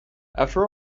after